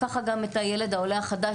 כך גם הילד העולה החדש.